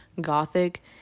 gothic